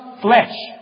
flesh